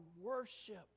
worship